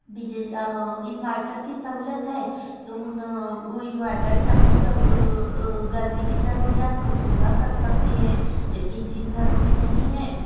بجلی انوائٹر کی سہولت ہے تو ان وہ انوائٹر سے اپنی ضرور گرمی کی ضروریات کو پورا کر سکتے ہیں لیکن جن گھروں میں نہیں ہے